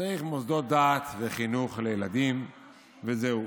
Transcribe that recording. צריך מוסדות דת וחינוך לילדים וזהו.